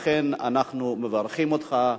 אכן, אנחנו מברכים אותך.